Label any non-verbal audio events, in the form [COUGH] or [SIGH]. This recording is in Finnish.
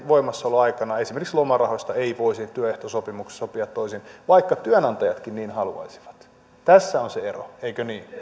voimassaoloaikana esimerkiksi lomarahoista ei voisi työehtosopimuksessa sopia toisin vaikka työnantajatkin niin haluaisivat tässä on se ero eikö niin [UNINTELLIGIBLE]